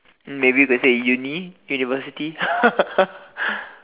maybe you could say in uni university